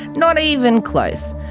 not even close.